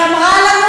היא אמרה לנו,